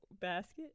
basket